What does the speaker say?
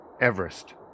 Everest